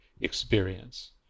experience